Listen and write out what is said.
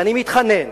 ואני מתחנן